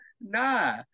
Nah